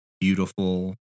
beautiful